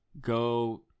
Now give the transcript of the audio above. go